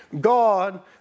God